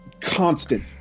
constant